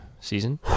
season